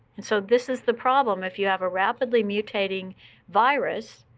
and so this is the problem. if you have a rapidly mutating virus,